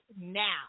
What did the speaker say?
now